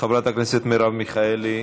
חברת הכנסת מרב מיכאלי,